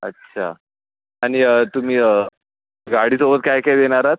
अच्छा आणि तुम्ही गाडीसोबत काय काय देणार आहात